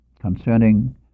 concerning